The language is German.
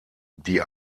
die